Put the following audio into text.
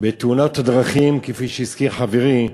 של תאונות דרכים, כפי שהזכיר חברי,